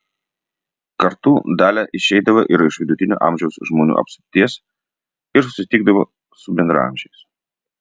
kartu dalia išeidavo ir iš vidutinio amžiaus žmonių apsupties ir susitikdavo su bendraamžiais